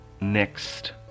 next